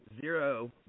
zero